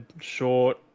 short